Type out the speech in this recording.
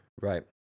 Right